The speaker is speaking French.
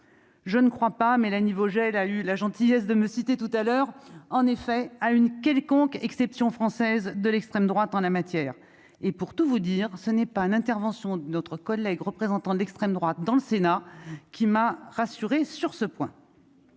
je ne crois pas Mélanie Vogel a eu la gentillesse de me citer tout à l'heure en effet à une quelconque exception française de l'extrême droite en la matière et pour tout vous dire, ce n'est pas l'intervention de notre collègue représentant d'extrême droite dans le Sénat qui m'a rassuré sur ce point.